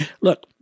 look